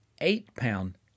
eight-pound